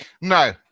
No